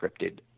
scripted